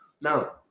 Now